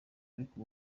ariko